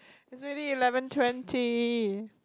is already eleven twenty